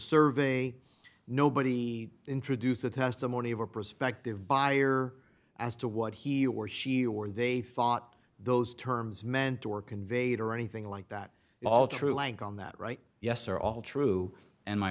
survey nobody introduced the testimony of a prospective buyer as to what he or she or they thought those terms meant or conveyed or anything like that all true like on that right yes or all true and my